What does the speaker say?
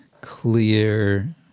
clear